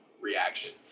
reaction